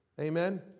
Amen